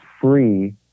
free